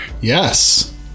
Yes